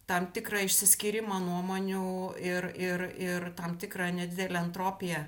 tam tikrą išsiskyrimą nuomonių ir ir ir tam tikrą nedidelę entropiją